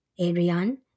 Adrian